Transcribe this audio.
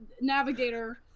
Navigator